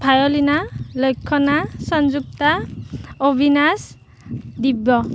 Violina Lakshyana Sanjukta Abinash Divya